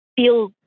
feel